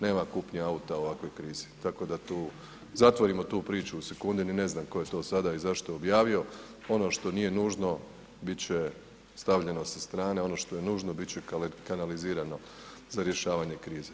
Nema kupnje auta u ovakvoj krizi, tako da tu zatvorimo tu priču u sekundi, ni ne znam ko je to sada i zašto objavio, ono što nije nužno, bit će stavljeno sa strane, ono što je nužno, bit će kanalizirano za rješavanje krize.